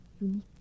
unique